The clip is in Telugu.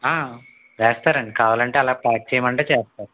వేస్తారండి కావాలంటే అలా ప్యాక్ చేయమంటే చేస్తారు